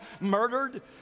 murdered